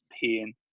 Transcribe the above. pain